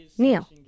Neil